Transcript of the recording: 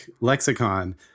lexicon